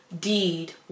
deed